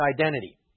identity